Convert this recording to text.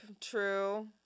True